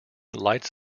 lights